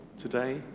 Today